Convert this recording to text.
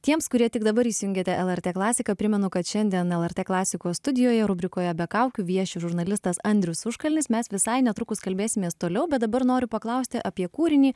tiems kurie tik dabar įsijungėte lrt klasiką primenu kad šiandien lrt klasikos studijoje rubrikoje be kaukių vieši žurnalistas andrius užkalnis mes visai netrukus kalbėsimės toliau bet dabar noriu paklausti apie kūrinį